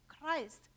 Christ